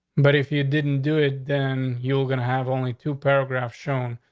but if you didn't do it, then you're gonna have only two paragraphs shown.